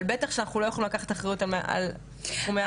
אבל בטח שאנחנו לא יכלים לקחת אחריות על תחומים של משרדים אחרים.